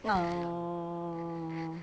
nga~